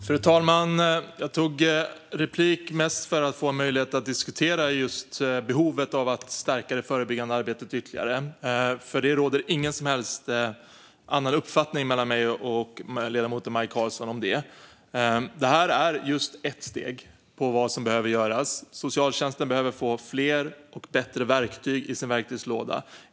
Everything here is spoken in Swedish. Fru talman! Jag tog replik mest för att få möjlighet att diskutera just behovet av att stärka det förebyggande arbetet ytterligare. Det råder ingen som helst skiljaktig uppfattning mellan mig och ledamoten Maj Karlsson om det. Detta är just ett steg i det som behöver göras. Socialtjänsten behöver få fler och bättre verktyg i sin verktygslåda.